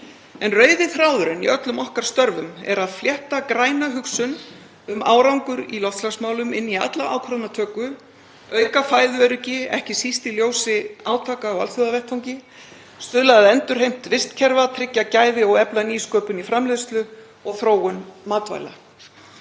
en rauði þráðurinn í öllum okkar störfum er að flétta græna hugsun um árangur í loftslagsmálum inn í alla ákvarðanatöku, auka fæðuöryggi, ekki síst í ljósi átaka á alþjóðavettvangi, stuðla að endurheimt vistkerfa, tryggja gæði og efla nýsköpun í framleiðslu og þróun matvæla.